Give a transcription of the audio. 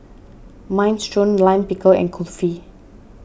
Minestrone Lime Pickle and Kulfi